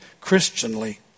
christianly